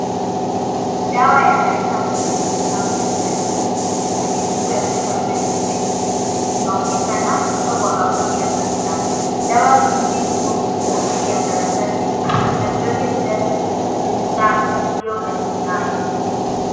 Dawa ya aina ya Azirythin Tablets IP, zenye nguvu ya five hundred mg, zinaonekana kutoka kwa kampuni ya Cipla. Dawa hizi zipo kwenye boksi ya karatasi na kuna vidonge vitatu kwenye blister iliyo karibu nayo.